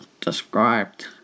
described